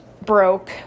broke